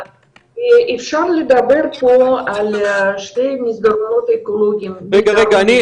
אפשר לדבר פה על שני מסדרונות אקולוגיים בדרום ובצפון.